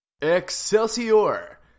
Excelsior